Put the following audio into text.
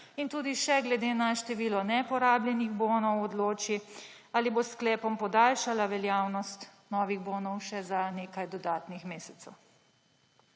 in tudi še glede na število neporabljenih bonov, odloči ali bo s sklepom podaljšala veljavnost novih bonov še za nekaj dodatnih mesecev.